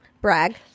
brag